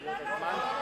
לא.